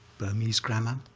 burmese grammar,